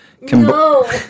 No